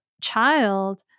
child